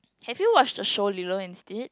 have you watched the show Lilo and Stitch